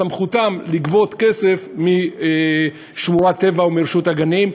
יש להם סמכות לגבות כסף כשמורת טבע וכרשות הגנים.